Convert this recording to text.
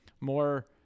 more